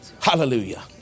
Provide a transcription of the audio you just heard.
Hallelujah